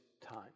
time